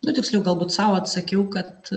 nu tiksliau galbūt sau atsakiau kad